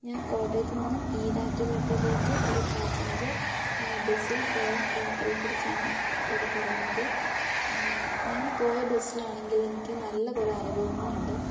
ഞാൻ കോട്ടയത്തു നിന്നും ഈരാറ്റുപേട്ടയിലേക്ക് ഒരു പാസഞ്ചർ ബെസ്സിൽ പോയ യാത്രയെക്കുറിച്ചാണ് ഇവിടെ പറയുന്നത് ഞാൻ പോയ ബസ്സിലാണെങ്കിൽ എനിക്ക് നല്ല കുറെ അനുഭവങ്ങളുണ്ട്